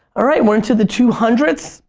alright, we're in to the two hundred s.